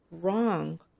wrong